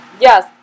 Yes